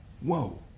whoa